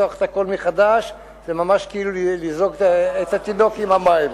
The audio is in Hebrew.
לפתוח את הכול מחדש זה ממש כאילו לזרוק את התינוק עם המים.